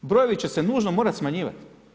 Brojevi će se nužno morat smanjivat.